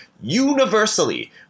universally